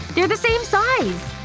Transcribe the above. they're the same size!